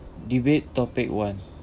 debate topic one